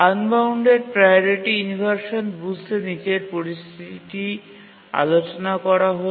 unbounded priority inversion বুঝতে নীচের পরিস্থিতিটি আলোচনা করা হল